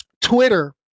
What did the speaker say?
Twitter